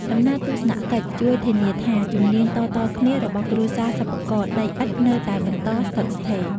ដំណើរទស្សនកិច្ចជួយធានាថា ជំនាញតៗគ្នា របស់គ្រួសារសិប្បករដីឥដ្ឋនៅតែបន្តស្ថិតស្ថេរ។